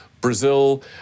Brazil